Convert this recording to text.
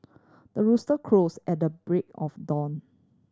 the rooster crows at the break of dawn